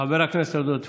חבר הכנסת עודד פורר.